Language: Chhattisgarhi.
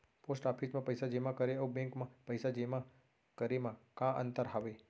पोस्ट ऑफिस मा पइसा जेमा करे अऊ बैंक मा पइसा जेमा करे मा का अंतर हावे